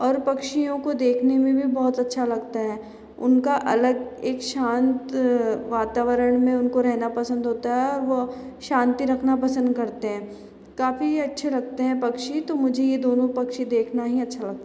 और पक्षियों को देखने में भी बहुत अच्छा लगता है उनका अलग एक शांत वातावरण में उनको रहना पसंद होता है और वह शांति रखना पसंद करते है काफ़ी अच्छे लगते है पक्षी तो मुझे यह दोनो पक्षी देखना ही अच्छा लगता है